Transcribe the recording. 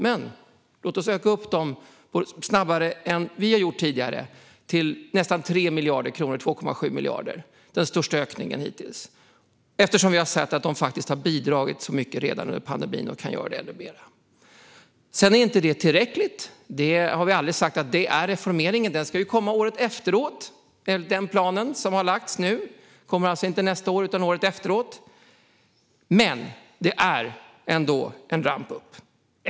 Det ska vara en ökning som är snabbare än tidigare, med 2,7 miljarder - nästan 3 miljarder - vilket är den största ökningen hittills. Vi har sett att de har bidragit med mycket under pandemin, och de kan göra ännu mer. Sedan är detta inte tillräckligt. Vi har aldrig sagt att detta är reformeringen, utan den ska komma året efter enligt den plan som har lagts fram. Den kommer alltså inte nästa år utan året efter. Men det är ändå en ramp upp.